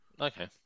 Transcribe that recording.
okay